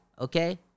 okay